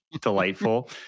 delightful